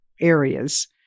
areas